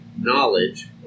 knowledge